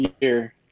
year